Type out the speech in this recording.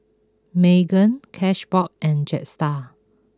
Megan Cashbox and Jetstar